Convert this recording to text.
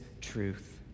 truth